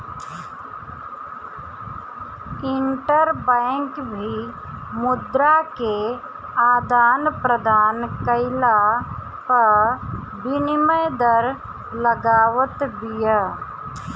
interbank भी मुद्रा के आदान प्रदान कईला पअ विनिमय दर लगावत बिया